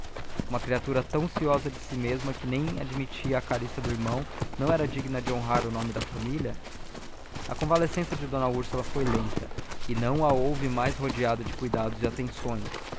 uma criatura tão ciosa de si mesma que nem admitia a carícia do irmão não era digna de honrar o nome da família a convalescença de d úrsula foi lenta e não a houve mais rodeada de cuidados e atenções